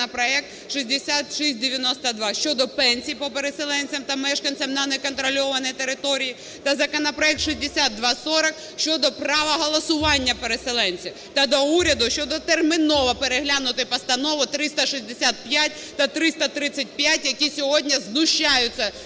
законопроект 6692 щодо пенсій по переселенцям та мешканцям на неконтрольованій території та законопроект 6240 щодо права голосування переселенців. Та до уряду щодо – терміново переглянути постанови 365 та 335, які сьогодні знущаються